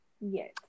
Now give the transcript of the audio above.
Yes